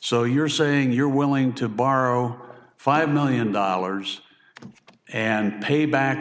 so you're saying you're willing to borrow five million dollars and pay back